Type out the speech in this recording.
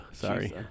sorry